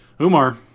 Umar